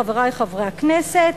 חברי חברי הכנסת,